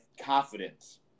confidence